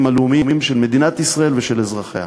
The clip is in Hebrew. הלאומיים של מדינת ישראל ושל אזרחיה.